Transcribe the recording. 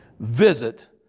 visit